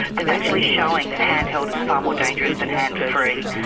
is actually showing that handheld is far more dangerous than hands-free.